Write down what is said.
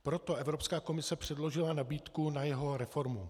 Proto Evropská komise předložila nabídku na jeho reformu.